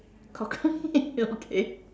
cockroach okay